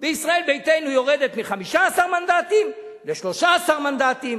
וישראל ביתנו יורדת מ-15 מנדטים ל-13 מנדטים,